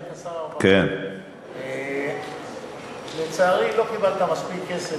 מיכאל אורן, אינו נוכח באסל גטאס,